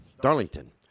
Darlington